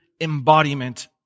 embodiment